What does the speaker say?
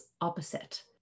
opposite